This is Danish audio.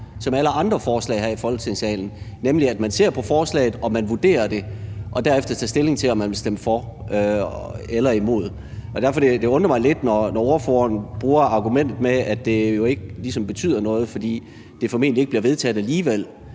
som alle andre forslag her i Folketingssalen, nemlig at man ser på forslaget, og man vurderer det, og derefter tager man stilling til, om man vil stemme for eller imod. Det undrer mig nemlig lidt, når ordføreren bruger argumentet, at det jo ligesom ikke betyder noget, fordi det formentlig ikke bliver vedtaget alligevel.